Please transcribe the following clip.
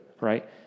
right